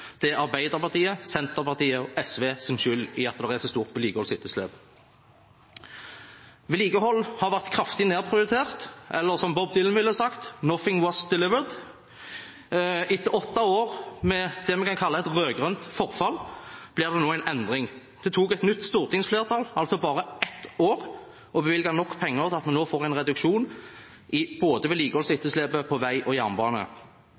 at det er så stort vedlikeholdsetterslep. Vedlikehold har vært kraftig nedprioritert – eller som Bob Dylan ville sagt: «Nothing was delivered». Etter åtte år med det man kan kalle et rød-grønt forfall, blir det nå en endring. Det tok altså et nytt stortingsflertall bare ett år å bevilge nok penger til at vi nå får en reduksjon i vedlikeholdsetterslepet på både vei og jernbane.